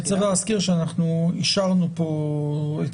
צריך להזכיר שאנחנו אישרנו פה,